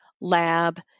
lab